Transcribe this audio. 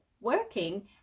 working